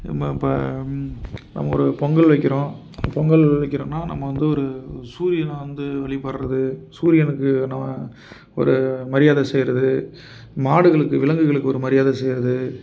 நம்ம இப்போ நம்ம ஒரு பொங்கல் வைக்கிறோம் பொங்கல் வைக்கிறோனா நம்ம வந்து ஒரு சூரியனை வந்து வழிபட்றது சூரியனுக்கு நம்ம ஒரு மரியாதை செய்கிறது மாடுகளுக்கு விலங்குகளுக்கு ஒரு மரியாதை செய்கிறது